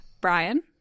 Brian